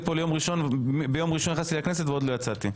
ביום ראשון נכנסתי לכנסת ועוד לא יצאתי.